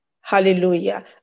hallelujah